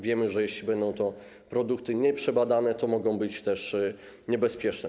Wiemy, że jeśli będą to produkty nieprzebadane, to mogą być one niebezpieczne.